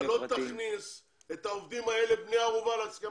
אתה לא תכניס את העובדים האלה בני ערובה להסכם